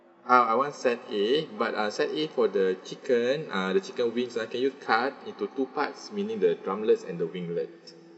ah I want set a but uh set a for the chicken uh the chicken wings ah can you cut into two parts meaning the drumlets and the winglets